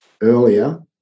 earlier